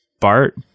Bart